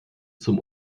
zum